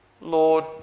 Lord